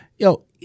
Yo